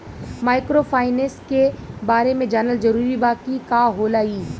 Microfinance के बारे में जानल जरूरी बा की का होला ई?